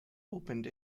opened